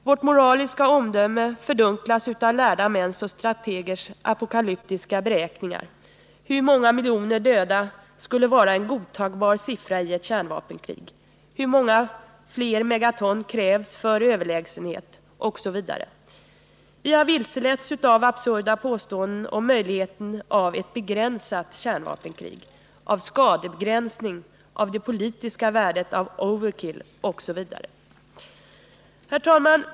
Vårt moraliska omdöme fördunklas av lärda mäns och strategers apokalyptiska beräkningar —- hur många miljoner döda skulle vara en "godtagbar siffra i ett kärnvapenkrig, hur många fler megaton krävs för överlägsenhet, och så vidare. Vi har vilseletts av absurda påståenden om möjligheten av ett ”begränsat” kärnvapenkrig, av ”skadebegränsning", av det politiska ”värdet” av overkill, och så vidare.” Herr talman!